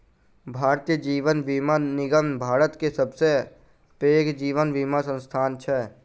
भारतीय जीवन बीमा निगम भारत के सबसे पैघ जीवन बीमा संस्थान छै